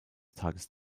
tages